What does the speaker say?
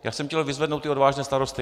Já jsem chtěl vyzvednout ty odvážné starosty.